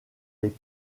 les